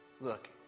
Look